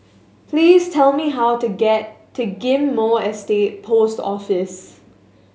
please tell me how to get to Ghim Moh Estate Post Office